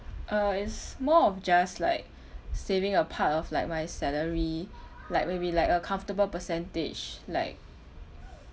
uh it's more of just like saving a part of like my salary like maybe like a comfortable percentage like